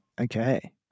okay